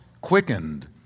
quickened